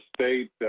State